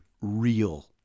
real